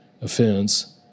offense